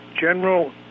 general